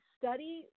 study